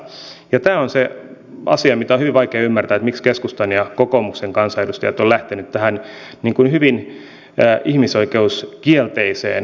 ja tämä on se asia mitä on hyvin vaikea ymmärtää että miksi keskustan ja kokoomuksen kansanedustajat ovat lähteneet tähän hyvin ihmisoikeuskielteiseen tulkintaan mukaan